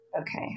Okay